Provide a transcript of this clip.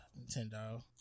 Nintendo